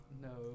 No